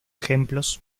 ejemplos